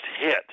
hit